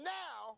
now